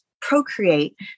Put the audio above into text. Procreate